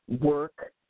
work